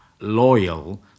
loyal